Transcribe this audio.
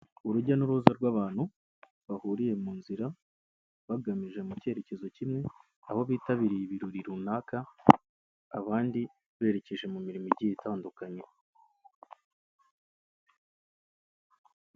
Urujya n'uruza rw'abantu bahuriye mu nzira bagamije mu cyerekezo kimwe, aho bitabiriye ibirori runaka, abandi berekeje mu mirimo igiye itandukanye.